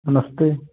नमस्ते